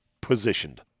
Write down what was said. positioned